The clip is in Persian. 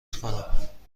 کنم